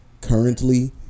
currently